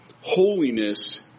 Holiness